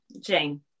Jane